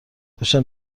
داشتم